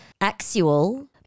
actual